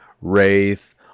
Wraith